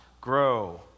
grow